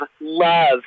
love